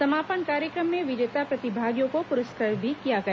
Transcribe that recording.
समापन कार्यक्रम में विजेता प्रतिभागियों को पुरस्कृत किया गया